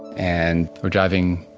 and we're driving.